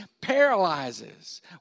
paralyzes